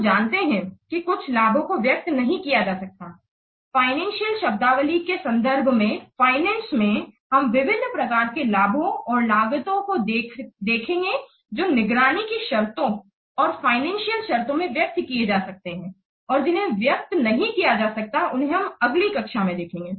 हम जानते हैं कि कुछ लाभों को व्यक्त नहीं किया जा सकता है फाइनेंसियल शब्दावली के संदर्भ में फाइनेंस में हम विभिन्न प्रकार के लाभों और लागतों को देखेंगे जो निगरानी की शर्तें या फाइनेंसियल शर्तों में व्यक्त किए जा सकते हैं और जिन्हें व्यक्त नहीं किया जा सकता है उन्हें हम अगली कक्षा में देखेंगे